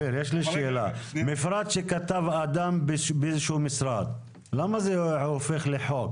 מפרט שכתב אדם באיזשהו משרד, למה זה הופך לחוק?